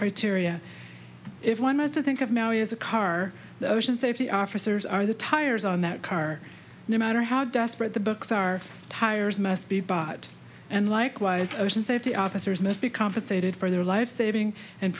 criteria if one has to think of now as a car the ocean safety officers are the tires on that car no matter how desperate the books are tires must be bought and likewise ocean safety officers must be compensated for their lifesaving and